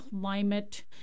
climate